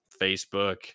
facebook